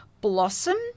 blossom